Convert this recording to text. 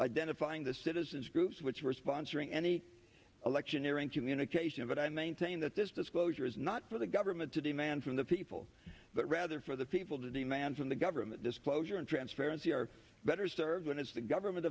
identifying the citizens groups which were sponsoring any electioneering communication but i maintain that this disclosure is not for the government to demand from the people but rather for the people to demand from the government disclosure and transparency are better served when it's the government